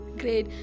great